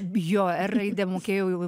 bjo er raidę mokėjau jau